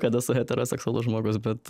kad esu heteroseksualus žmogus bet